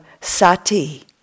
sati